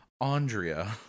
Andrea